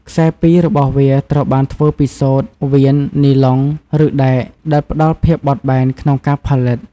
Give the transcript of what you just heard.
ខ្សែពីររបស់វាត្រូវបានធ្វើពីសូត្រ វៀន នីឡុង ឬដែក ដែលផ្តល់ភាពបត់បែនក្នុងការផលិត។